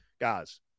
Guys